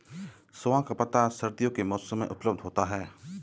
सोआ का पत्ता सर्दियों के मौसम में उपलब्ध होता है